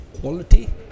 quality